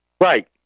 Right